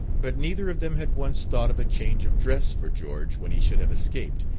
but neither of them had once thought of a change of dress for george when he should have escaped,